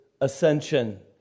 ascension